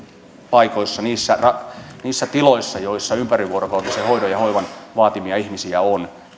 paikoissa niissä niissä tiloissa joissa ympärivuorokautista hoitoa ja hoivaa vaativia ihmisiä on